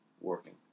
working